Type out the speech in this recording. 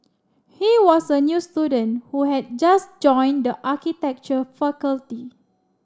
he was a new student who had just joined the architecture faculty